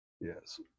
Yes